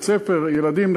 ילדים,